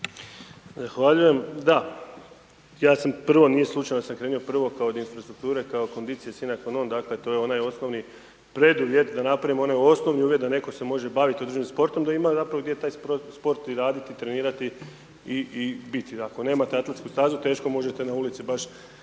Zahvaljujem. Da, ja sam prvo, nije slučajno da sam krenuo prvo od infrastrukture kao conditio sine qua non dakle to je onaj osnovni preduvjet da napravimo onaj osnovni uvjet da netko se može baviti određenim sportom da imaju zapravo gdje taj sport i raditi, trenirati i biti. Ako nemate atletsku stazu, teško možete na ulici baš